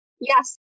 Yes